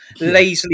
lazily